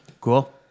cool